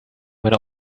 meine